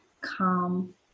calm